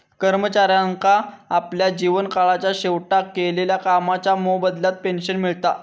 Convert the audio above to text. कर्मचाऱ्यांका आपल्या जीवन काळाच्या शेवटाक केलेल्या कामाच्या मोबदल्यात पेंशन मिळता